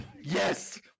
yes